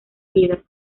vida